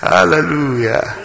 Hallelujah